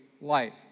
life